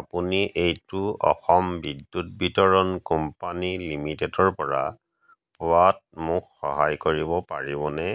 আপুনি এইটো অসম বিদ্যুৎ বিতৰণ কোম্পানী লিমিটেডৰ পৰা পোৱাত মোক সহায় কৰিব পাৰিবনে